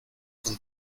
con